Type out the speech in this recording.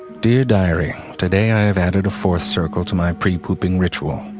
dear diary, today i have added a fourth circle to my pre-pooping ritual.